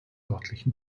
örtlichen